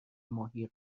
ماهی